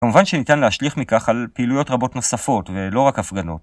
כמובן שניתן להשליך מכך על פעילויות רבות נוספות ולא רק הפגנות.